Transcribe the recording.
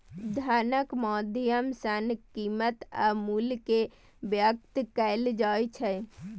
धनक माध्यम सं कीमत आ मूल्य कें व्यक्त कैल जाइ छै